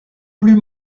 plus